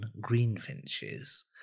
greenfinches